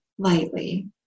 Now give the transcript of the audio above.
lightly